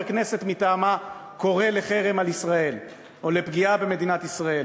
כנסת מטעמה קורא לחרם על ישראל או לפגיעה במדינת ישראל,